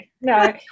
No